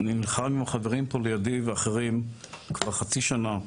אני נלחם עם החברים פה לידי ואחרים כבר חצי שנה,